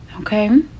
Okay